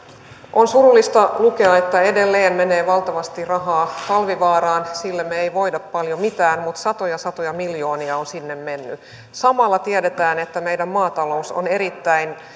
on surullista lukea että edelleen menee valtavasti rahaa talvivaaraan sille me emme voi paljon mitään mutta satoja satoja miljoonia on sinne mennyt samalla tiedetään että meidän maatalous on erittäin